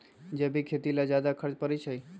जैविक खेती ला ज्यादा खर्च पड़छई?